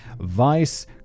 vice